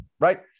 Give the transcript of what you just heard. right